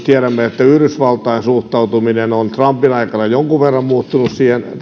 tiedämme että yhdysvaltojen suhtautuminen on trumpin aikana jonkun verran muuttunut